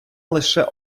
лише